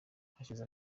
hashize